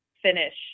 finish